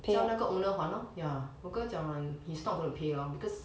叫那个 owner 还 lor ya 我哥哥讲了 he's not gonna pay lor because